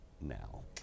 now